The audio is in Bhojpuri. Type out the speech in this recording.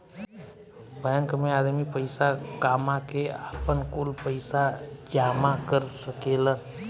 बैंक मे आदमी पईसा कामा के, आपन, कुल पईसा जामा कर सकेलन